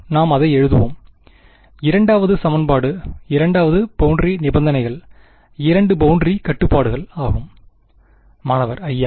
நாம் அதை எழுதுவோம் இரண்டாவது சமன்பாடு இரண்டாவது boundary நிபந்தனைகள் இரண்டு பௌண்டரி கட்டுப்பாடுகள் ஆகும் மாணவர் ஐயா